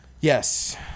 Yes